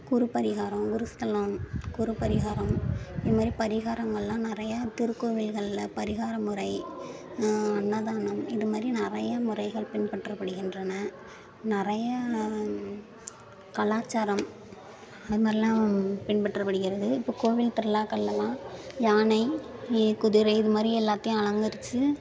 குரு பரிகாரம் குரு ஸ்தலம் குரு பரிகாரம் இது மாதிரி பரிகாரங்கள்லாம் நிறையா திருக்கோவில்களில் பரிகாரம் முறை அன்னதானம் இது மாதிரி நிறையா முறைகள் பின்பற்றப்படுகின்றன நிறையா கலாச்சாரம் அது மாதிரிலாம் பின்பற்றப்படுகிறது இப்போது கோவில் திருவிலாக்களெல்லாம் யானை இ குதிரை இது மாதிரி எல்லாத்தையும் அலங்கரித்து